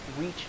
reach